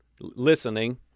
listening